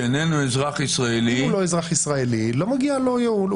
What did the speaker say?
שאיננו אזרח ישראלי --- אם הוא לא אזרח ישראלי לא מגיע לו.